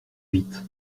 vite